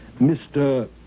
Mr